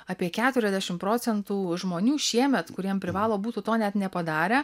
apie keturiasdešimt procentų žmonių šiemet kuriem privalo būtų to net nepadarę